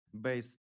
base